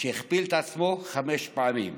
הכפיל את עצמו חמש פעמים,